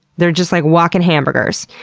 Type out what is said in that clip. they're just like walkin' hamburgers.